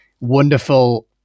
wonderful